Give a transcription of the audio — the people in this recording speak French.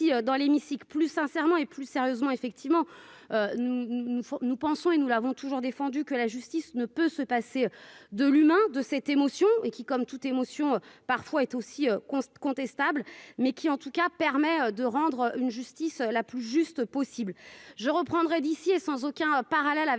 dans l'hémicycle Plus sincèrement et, plus sérieusement, effectivement, nous nous pensons et nous l'avons toujours défendue, que la justice ne peut se passer de l'humain de cette émotion et qui, comme toute émotion parfois être aussi con contestable mais qui en tout cas, permet de rendre une justice la plus juste possible je reprendrai d'ici et sans aucun parallèle avec